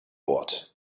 ort